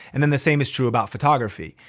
and then the same is true about photography.